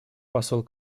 посол